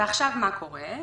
ועכשיו מה קורה?